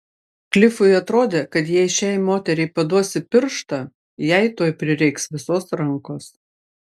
klifui atrodė kad jei šiai moteriai paduosi pirštą jai tuoj prireiks visos rankos